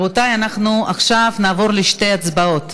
רבותי, עכשיו נעבור לשתי הצבעות.